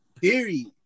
Period